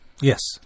Yes